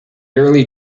early